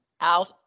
Out